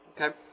Okay